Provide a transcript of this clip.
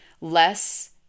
less